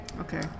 Okay